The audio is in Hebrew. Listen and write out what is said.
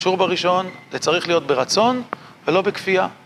קשור בראשון, זה צריך להיות ברצון ולא בכפייה